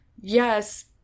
yes